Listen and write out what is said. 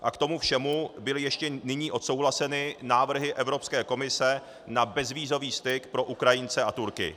A k tomu všemu byly ještě nyní odsouhlaseny návrhy Evropské komise na bezvízový styk pro Ukrajince a Turky.